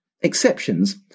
exceptions